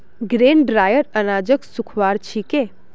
grain dryer अनाजक सुखव्वार छिके